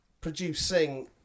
producing